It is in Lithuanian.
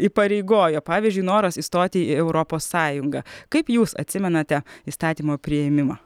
įpareigoja pavyzdžiui noras įstoti į europos sąjungą kaip jūs atsimenate įstatymo priėmimą